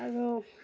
আৰু